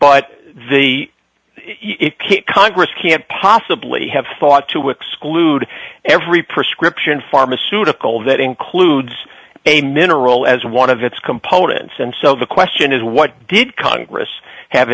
but the congress can't possibly have thought to exclude every prescription pharmaceutical that includes a mineral as one of its components and so the question is what did congress have